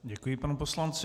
Děkuji panu poslanci.